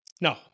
No